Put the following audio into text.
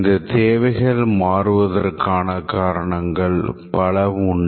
இந்தத் தேவைகள் மாறுவதற்கான காரணங்கள் பல உண்டு